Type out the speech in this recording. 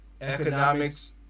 economics